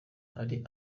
hari